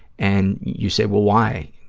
and you say, well, why,